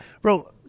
Bro